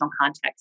context